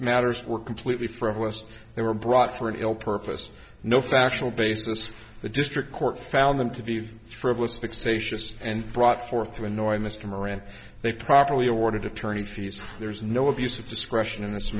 matters were completely frivolous they were brought for an ill purpose no factual basis for the district court found them to be frivolous fixation and brought forth to annoy mr moran they properly awarded attorney fees there is no a